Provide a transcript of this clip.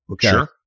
Sure